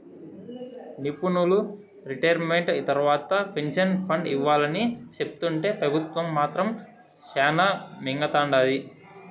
నిపునులు రిటైర్మెంట్ తర్వాత pension fund ఇవ్వాలని సెప్తుంటే పెబుత్వం మాత్రం శానా మింగతండాది